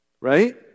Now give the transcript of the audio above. right